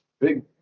Big